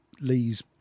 Lee's